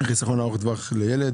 לחיסכון ארוך טווח לילד),